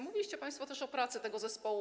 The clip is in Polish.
Mówiliście państwo też o pracach tego zespołu.